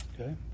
Okay